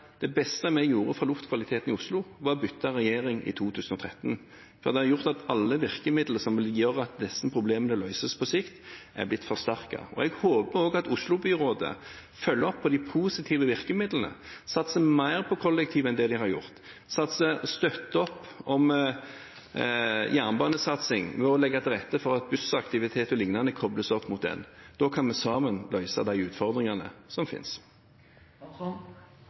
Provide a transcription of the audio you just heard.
det beste vi gjorde for luftkvaliteten i Oslo, var å bytte regjering i 2013. Det har gjort at alle virkemidlene som gjør at disse problemene løses på sikt, er blitt forsterket. Jeg håper også at Oslo-byrådet følger opp de positive virkemidlene, satser mer på kollektiv enn det de har gjort, og støtter opp om jernbanesatsing ved å legge til rette for at bussaktivitet o.l. koples opp mot den. Da kan vi sammen løse de utfordringene som finnes.